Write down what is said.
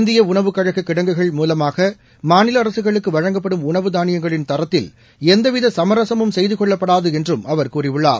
இந்திய உணவுக்கழக கிடங்குகள் மூலமாக மாநில அரசுகளுக்கு வழங்கப்படும் உணவு தானியங்களின் தரத்தில் எந்தவித சமரசமும் செய்து கொள்ளப்படாது என்றும் அவர் கூறியுள்ளார்